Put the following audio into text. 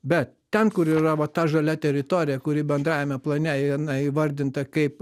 bet ten kur yra va ta žalia teritorija kuri bendrajame plane jinai įvardinta kaip